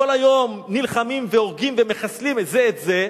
כל היום נלחמים והורגים ומחסלים זה את זה,